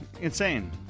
insane